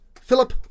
Philip